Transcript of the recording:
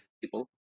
people